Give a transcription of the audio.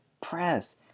press